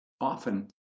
Often